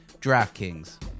DraftKings